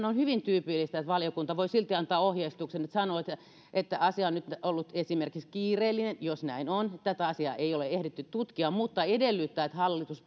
on hyvin tyypillistä että valiokunta voi silti antaa ohjeistuksen sanoa että asia on nyt ollut esimerkiksi kiireellinen jos näin on ja tätä asiaa ei ole ehditty tutkia mutta edellyttää että hallitus